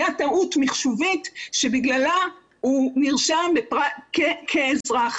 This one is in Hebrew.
הייתה טעות מחשובית שבגללה הוא נרשם כאזרח,